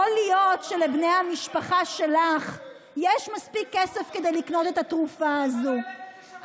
יכול להיות שלבני המשפחה שלך יש מספיק כסף כדי לקנות את התרופה הזאת,